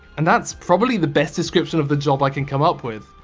and that's probably the best description of the job i can come up with.